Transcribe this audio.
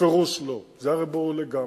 בפירוש לא, זה הרי ברור לגמרי.